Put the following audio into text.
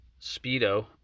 Speedo